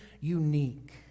unique